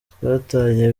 twatwaye